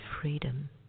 freedom